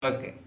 Okay